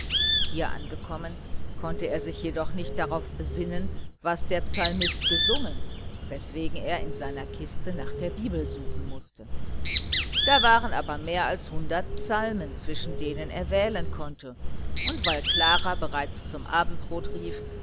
hier angekommen konnte er sich jedoch nicht darauf besinnen was der psalmist gesungen weswegen er in seiner kiste nach der bibel suchen mußte da waren aber mehr als hundert psalmen zwischen denen er wählen konnte und weil klara bereits zum abendbrot rief